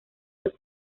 los